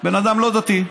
בן אדם לא דתי,